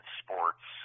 sports